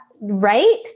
right